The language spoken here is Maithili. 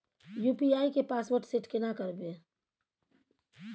यु.पी.आई के पासवर्ड सेट केना करबे?